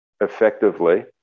effectively